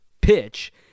pitch